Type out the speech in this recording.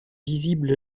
visible